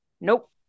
Nope